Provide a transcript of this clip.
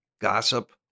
gossip